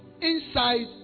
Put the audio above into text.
inside